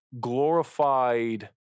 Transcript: glorified